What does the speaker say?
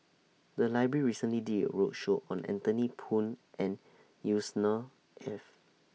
The Library recently did A roadshow on Anthony Poon and Yusnor Ef